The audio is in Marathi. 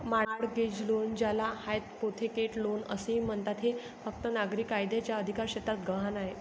मॉर्टगेज लोन, ज्याला हायपोथेकेट लोन असेही म्हणतात, हे फक्त नागरी कायद्याच्या अधिकारक्षेत्रात गहाण आहे